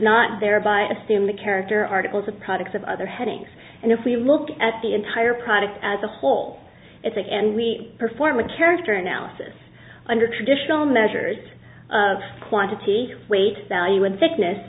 not thereby assumed the character articles of products of other headings and if we look at the entire product as a whole it's and we perform a character analysis under traditional measures of quantity weight value with thickness